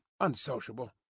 unsociable